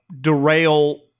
derail